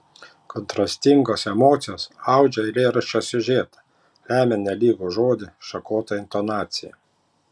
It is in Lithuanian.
kontrastingos emocijos audžia eilėraščio siužetą lemia nelygų žodį šakotą intonaciją